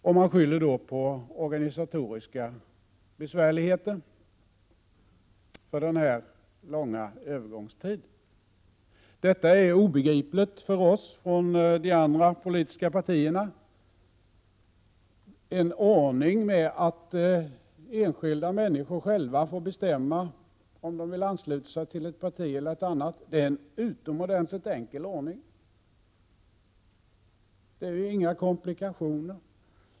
Man skyller på organisatoriska besvärligheter i fråga om denna långa övergångstid. Det är obegripligt för oss från de andra politiska partierna. En ordning med att enskilda människor själva får bestämma om de vill ansluta sig till det ena eller andra partiet är en utomordentligt enkel ordning. Det finns inga komplikationer.